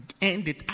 ended